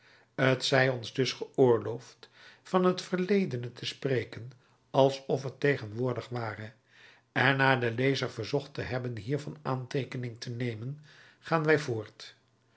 t zij ons dus geoorloofd van het verledene te spreken alsof het tegenwoordig ware en na den lezer verzocht te hebben hiervan aanteekening te nemen gaan wij voort